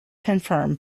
confirm